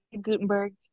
Gutenberg